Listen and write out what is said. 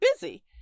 busy